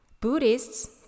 Buddhists